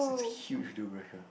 it's it's a huge deal breaker